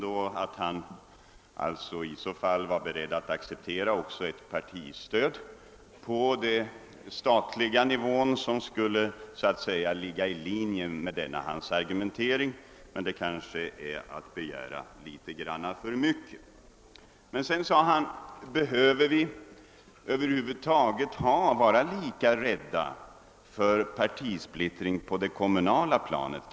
Han var dock inte beredd att acceptera att bestämmelserna för ett partistöd på den statliga nivån skulle ligga i linje med denna hans argumentering, men det vore kanske att begära litet för mycket. Sedan frågade emellertid herr Carlshamre, om vi behöver vara lika rädda för partisplittring på det kommunala planet.